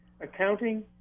Accounting